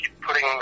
putting